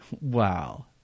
Wow